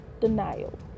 denial